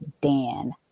Dan